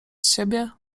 ciebie